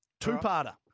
two-parter